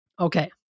Okay